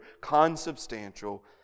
consubstantial